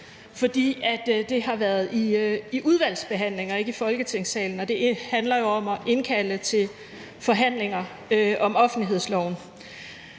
fordi det har været i udvalgsbehandling og ikke i Folketingssalen. Det handler om at indkalde til forhandlinger om offentlighedsloven.